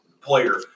player